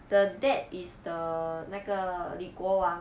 the dead is the 那个李国煌